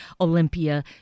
Olympia